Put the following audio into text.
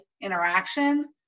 interaction